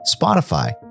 Spotify